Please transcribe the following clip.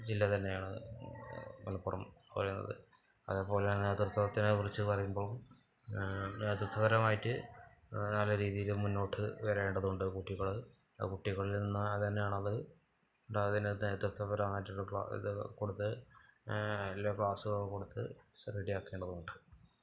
ജില്ല തന്നെയാണ് മലപ്പുറം പറയുന്നത് അതേപോലെത്തന്നെ നേത്യത്വത്തിനെക്കുറിച്ച് പറയുമ്പോൾ നേത്യത്വപരമായിട്ട് നല്ല രീതിൽ മുന്നോട്ട് വരേണ്ടതുണ്ട് കുട്ടികൾ കുട്ടികളിൽനിന്ന് തന്നെയാണ് അത് അതിന് നേത്യത്വപരമായിട്ട് ക്ലാ ഇത് കൊടുത്ത് നല്ല ക്ലാസ്സൊക്കെ കൊടുത്ത് റെഡി ആക്കേണ്ടതുണ്ട്